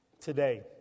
today